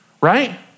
right